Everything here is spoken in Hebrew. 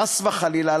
חס וחלילה,